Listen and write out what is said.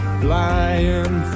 flying